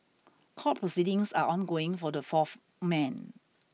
court proceedings are ongoing for the fourth men